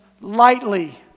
lightly